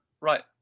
Right